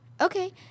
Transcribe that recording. Okay